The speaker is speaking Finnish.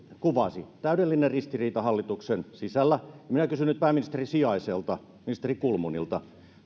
kuvasi täydellinen ristiriita hallituksen sisällä minä kysyn nyt pääministerin sijaiselta ministeri kulmunilta